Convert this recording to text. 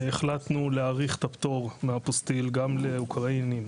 החלטנו להאריך את הפטור מהאפוסטיל גם לאוקראינים